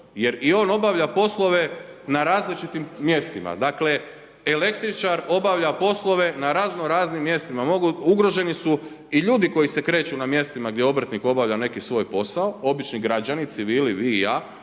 jer i on obavlja poslove na različitim mjestima. Dakle, električar obavlja poslove na razno raznim mjestima, ugroženi su i ljudi koji se kreću gdje obrtnik obavlja neki svoj posao, obični građani, civili vi i ja,